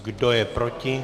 Kdo je proti?